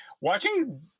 watching